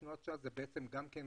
תנועת ש"ס היא בעצם חברתיות.